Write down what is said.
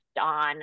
on